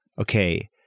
okay